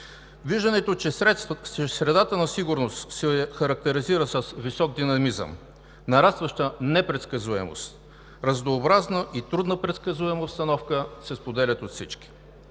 Виждането, че средата на сигурност се характеризира с висок динамизъм, нарастваща непредсказуемост, разнообразна и трудна предсказуема обстановка се споделят от всички.